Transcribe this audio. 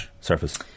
surface